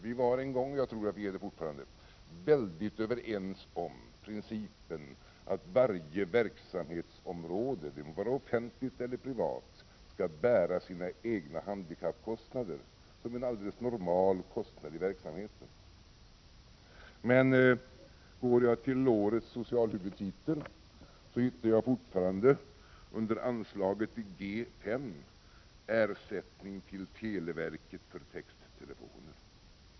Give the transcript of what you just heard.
Vi var en gång, och jag tror att vi är det fortfarande, överens om principen att varje verksamhetsområde — det må vara offentligt eller privat — skall bära sina egna handikappkostnader som en alldeles normal kostnad i verksamheten. Men går jag till årets socialhuvudtitel hittar jag fortfarande under anslaget GS. Ersättning till televerket för texttelefoner.